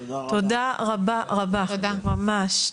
תודה רבה רבה, ממש.